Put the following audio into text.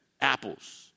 Apples